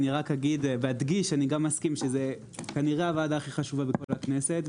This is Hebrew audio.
רק אגיד ואדגיש שאני מסכים שזאת כנראה הוועדה הכי חשובה בכל הכנסת,